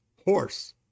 horse